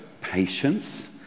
patience